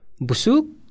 busuk